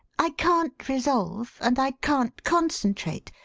i can't resolve, and i can't concentrate,